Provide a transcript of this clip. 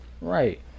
Right